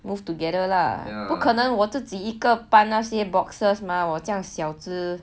move together lah 不可能我自己一个搬那些 boxes mah 我这样小只